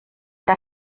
der